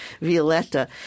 Violetta